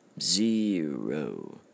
zero